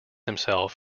himself